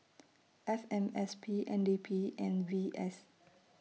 F M S P N D P and V S